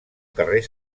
carrer